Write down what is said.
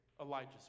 Elijah's